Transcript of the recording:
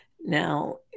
Now